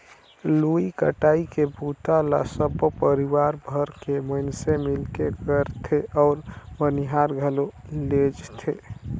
लुवई कटई के बूता ल सबो परिवार भर के मइनसे मिलके करथे अउ बनियार घलो लेजथें